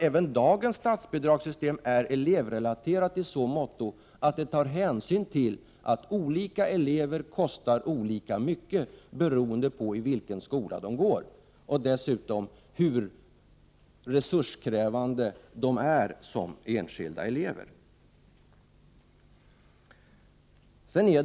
Även dagens statsbidragssystem är elevrelaterat i så måtto att man tar hänsyn till att olika elever kostar olika mycket beroende på i vilken skola de går och hur resurskrävande de som enskilda elever är.